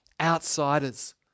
outsiders